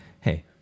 Hey